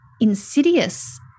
insidious